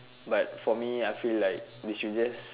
but for me I feel like we should just